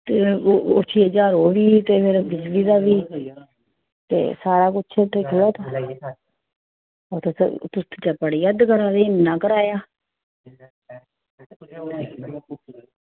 ते ओह् छे ज्हार ओह् बी ते फिर बिजली दा बी ते सारा कुछ ते तुस बड़ी हद्द करा दे इन्ना कराया